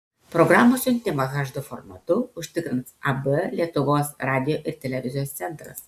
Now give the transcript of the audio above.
programos siuntimą hd formatu užtikrins ab lietuvos radijo ir televizijos centras